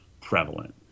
prevalent